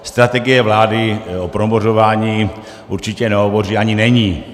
Strategie vlády o promořování určitě nehovoří, ani není.